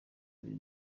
biri